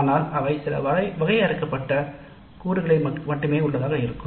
ஆனால் அவை சில வரையறுக்கப்பட்ட கூறுகளை மட்டுமே உள்ளதாக இருக்கும்